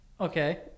okay